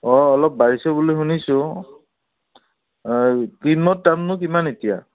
অঁ অলপ বাঢ়িছে বুলি শুনিছোঁ ক্ৰীমত দামনো কিমান এতিয়া